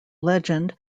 legend